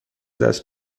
دست